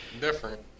Different